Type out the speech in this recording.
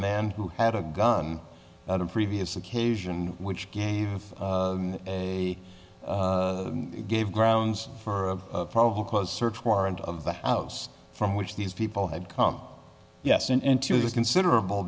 man who had a gun at a previous occasion which gave a gave grounds for of probable cause search warrant of the house from which these people had come yes in into this considerable